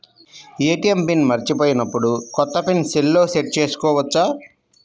ATM pin మరచిపోయినప్పుడు, కొత్త pin సెల్లో సెట్ చేసుకోవచ్చా?